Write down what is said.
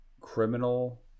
criminal